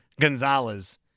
Gonzalez